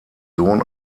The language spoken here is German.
sohn